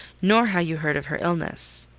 nor how you heard of her illness.